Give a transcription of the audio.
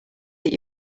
that